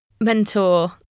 mentor